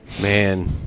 Man